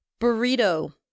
burrito